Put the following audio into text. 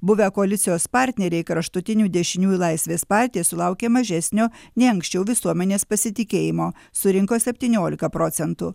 buvę koalicijos partneriai kraštutinių dešiniųjų laisvės partija sulaukė mažesnio nei anksčiau visuomenės pasitikėjimo surinko septyniolika procentų